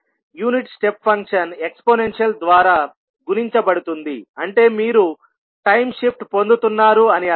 unit step function exponential ద్వారా గుణించబడుతుంది అంటే మీరు టైమ్ షిఫ్ట్ పొందుతున్నారు అని అర్థం